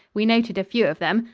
we noted a few of them.